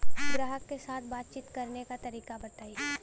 ग्राहक के साथ बातचीत करने का तरीका बताई?